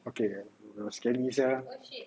okay scare me sia